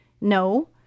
No